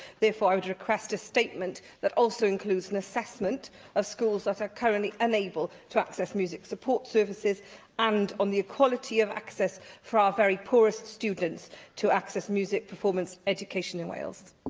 therefore, i would request a statement that also includes an assessment of schools that are currently unable to access music support services and on the equality of access for our very poorest students to access music performance education in wales.